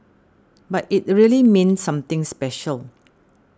but it really means something special